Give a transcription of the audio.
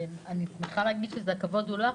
אני מוכרחה להגיד שהכבוד הוא לך,